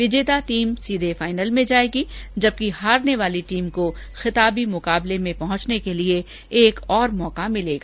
विजेता टीम सीधे फाइनल में जायेगी जबकि हारने वाली टीम को खिताबी मुकाबले में पहुंचने के लिए एक और मौका मिलेगा